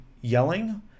yelling